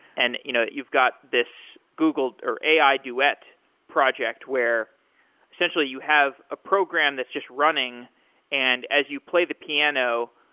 and you know you've got this google or ai duet project where essentially you have a program that's just running and as you play the piano,